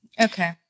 Okay